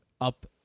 up